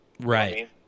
right